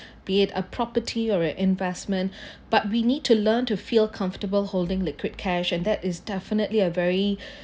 be it a property or it investment but we need to learn to feel comfortable holding liquid cash and that is definitely a very